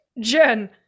Jen